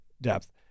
depth